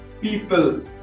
people